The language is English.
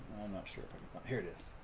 not sure here it is